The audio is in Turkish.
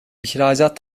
i̇hracat